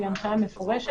והיא הנחיה מפורשת,